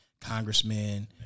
congressmen